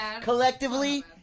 Collectively